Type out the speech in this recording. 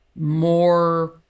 more